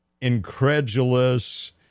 incredulous